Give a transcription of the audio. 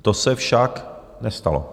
To se však nestalo.